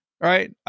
right